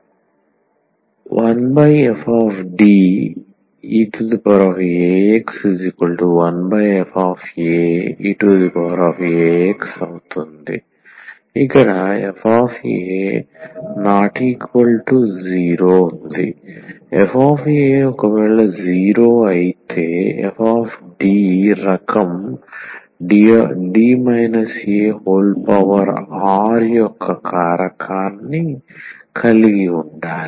1fDeax1faeax ఇక్కడ f ≠ 0 fa0 అయితే f రకం D ar యొక్క కారకాన్ని కలిగి ఉండాలి